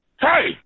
Hey